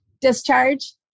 discharge